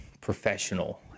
professional